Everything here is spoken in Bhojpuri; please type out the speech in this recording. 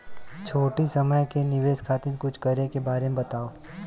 छोटी समय के निवेश खातिर कुछ करे के बारे मे बताव?